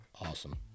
Awesome